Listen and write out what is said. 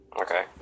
Okay